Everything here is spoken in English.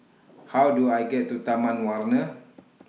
How Do I get to Taman Warna